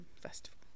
festival